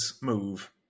move